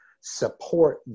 support